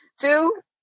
two